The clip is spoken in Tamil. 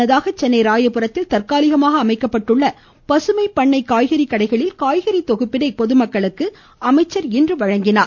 முன்னதாக சென்னை ராயபுரத்தில் தற்காலிகமாக அமைக்கப்பட்டுள்ள பசுமை பண்ணை காய்கறி கடைகளில் காய்கறி தொகுப்பினை பொதுமக்களுக்கு அமைச்சர் இன்று வழங்கினார்